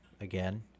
again